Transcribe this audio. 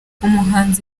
umuhanzi